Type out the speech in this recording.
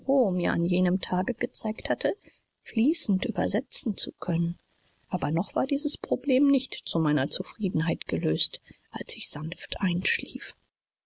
mir an jenem tage gezeigt hatte fließend übersetzen zu können aber noch war dieses problem nicht zu meiner zufriedenheit gelöst als ich sanft einschlief